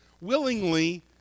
willingly